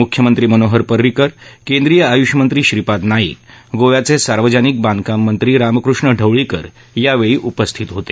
मुख्यमंत्री मनोहर परिंकर केंद्रीय आयुष मंत्री श्रीपाद नाईक गोव्याचे सार्वजनिक बांधकाम मंत्री रामकृष्ण ढवळीकर यावेळी उपस्थित होते